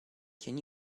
can